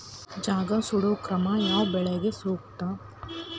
ಜಗಾ ಸುಡು ಕ್ರಮ ಯಾವ ಬೆಳಿಗೆ ಸೂಕ್ತ?